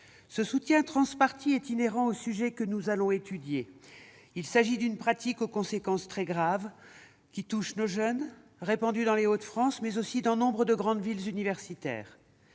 Ce soutien transpartisan est inhérent au sujet que nous allons étudier. Nous parlons d'une pratique aux conséquences très graves qui touche nos jeunes. Elle est répandue dans les Hauts-de-France, mais aussi dans nombre de grandes villes universitaires.